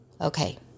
okay